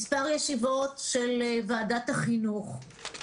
מספר ישיבות של ועדת החינוך.